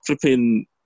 flipping